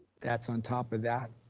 that's on top of that.